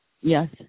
Yes